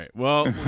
ah well